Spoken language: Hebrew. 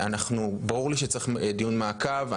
ברור לי שצריך לקיים דיון מעקב.